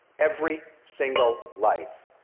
every single life,